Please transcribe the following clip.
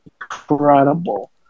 incredible